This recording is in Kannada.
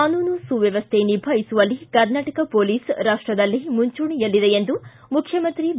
ಕಾನೂನು ಸುವ್ಯವಸ್ಥೆ ನಿಭಾಯಿಸುವಲ್ಲಿ ಕರ್ನಾಟಕ ಪೊಲೀಸ್ ರಾಷ್ಟದಲ್ಲೇ ಮುಂಚೂಣಿಯಲ್ಲಿದೆ ಎಂದು ಮುಖ್ಯಮಂತ್ರಿ ಬಿ